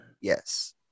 Yes